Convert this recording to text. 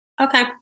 Okay